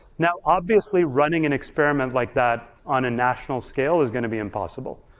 now obviously running an experiment like that on a national scale is gonna be impossible.